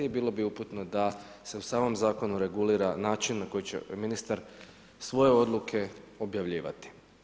Bilo bi uputno da se u samom zakonu regulira način na koji će ministar svoje odluke objavljivati.